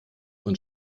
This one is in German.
und